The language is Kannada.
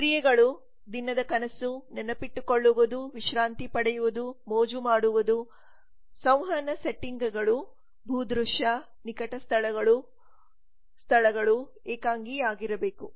ಕ್ರಿಯೆಗಳು ದಿನದ ಕನಸು ನೆನಪಿಟ್ಟುಕೊಳ್ಳುವುದು ವಿಶ್ರಾಂತಿ ಪಡೆಯುವುದು ಮೋಜು ಮಾಡುವುದು ಸಂವಹನ ಸೆಟ್ಟಿಂಗ್ಗಳು ಭೂದೃಶ್ಯ ನಿಕಟ ಸ್ಥಳಗಳು ಸ್ಥಳಗಳು ಏಕಾಂಗಿಯಾಗಿರಬೇಕು